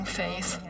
faith